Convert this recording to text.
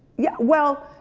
yeah, well,